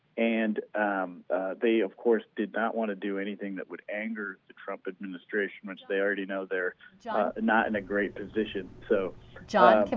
and um they of course did not want to do anything that would anger the trump administration which they already know they are not in a great position. so john.